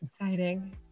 exciting